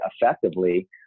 effectively